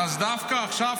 אז דווקא עכשיו,